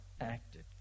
acted